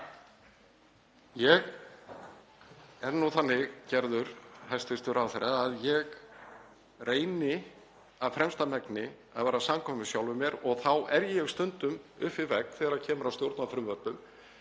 Ég er nú þannig gerður, hæstv. ráðherra, að ég reyni af fremsta megni að vera samkvæmur sjálfum mér og þá er ég stundum upp við vegg þegar kemur að stjórnarfrumvörpum.